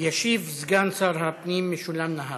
ישיב סגן שר הפנים, משולם נהרי.